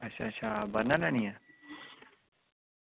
अच्छा अच्छा बनना देनियां